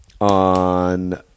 on